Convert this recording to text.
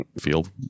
field